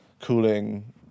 cooling